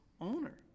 owner